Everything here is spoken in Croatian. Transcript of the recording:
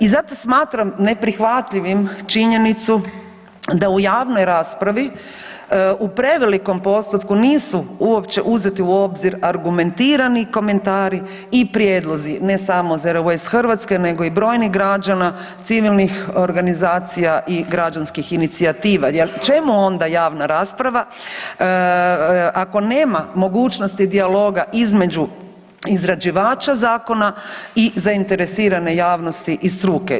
I zato smatram neprihvatljivim činjenicu da u javnoj raspravi u prevelikom postotku nisu uopće uzeti u obzir argumentirani komentari i prijedlozi, ne samo Zero waste Hrvatske nego i brojnih građana, civilnih organizacija i građanskih inicijativa jer čemu onda javna rasprava, ako nema mogućnosti dijaloga između izrađivača zakona i zainteresirane javnosti i struke.